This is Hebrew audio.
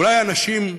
אולי אנשים,